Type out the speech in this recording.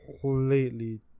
completely